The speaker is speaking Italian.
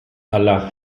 alla